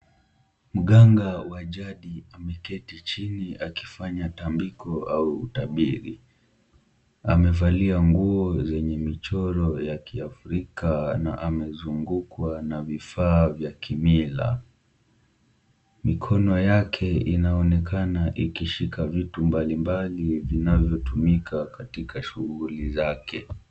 Mganga wa jadi ameketi chini akifanya tambiko au utabiri. Amevalia nguo zenye michoro ya kiafrika na amezungukwa na vifaa vya kimila. Mikono yake inaonekana ikishika vitu mbalimbali vinavyotumika katika shughuli yake.